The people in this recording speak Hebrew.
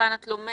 היכן את לומדת.